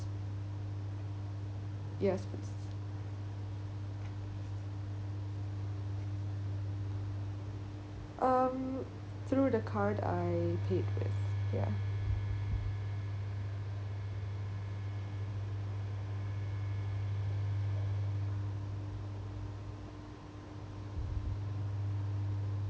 yes um through the card I paid with ya